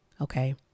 Okay